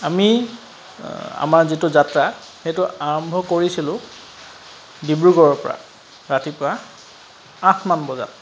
আমি আমাৰ যিটো যাত্ৰা সেইটো আৰম্ভ কৰিছিলোঁ ডিব্ৰুগড়ৰপৰা ৰাতিপুৱা আঠমান বজাত